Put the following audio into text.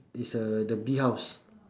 is uh the bee house